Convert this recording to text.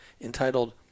entitled